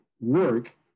work